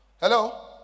hello